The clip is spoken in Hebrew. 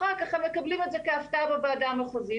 אחר כך הם מקבלים את זה כהפתעה בוועדה המחוזית